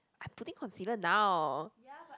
I putting concealer now